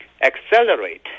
accelerate